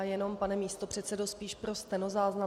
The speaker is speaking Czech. Jenom, pane místopředsedo, spíše pro stenozáznam.